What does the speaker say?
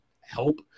help